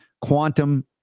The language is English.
quantum